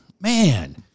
man